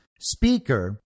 speaker